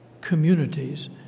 communities